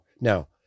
Now